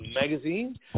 magazine